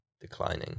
declining